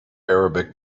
arabic